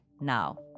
now